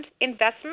investment